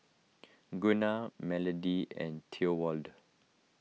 Gunnar Melodie and Thorwald